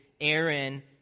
Aaron